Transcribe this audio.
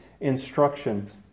instructions